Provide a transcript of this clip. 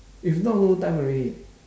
if not no time already